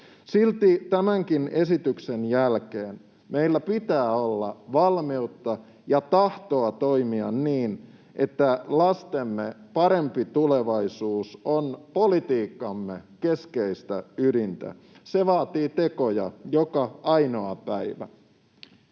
Silti tämänkin esityksen jälkeen meillä pitää olla valmiutta ja tahtoa toimia niin, että lastemme parempi tulevaisuus on politiikkamme keskeistä ydintä. Se vaatii tekoja joka ainoa päivä.